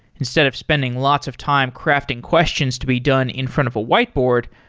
instead of spending lots of time crafting questions to be done in front of a white board,